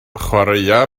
chwaraea